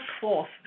forth